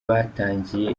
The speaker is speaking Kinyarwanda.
batangiye